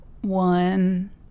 one